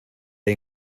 hay